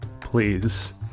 please